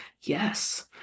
yes